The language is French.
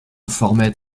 formait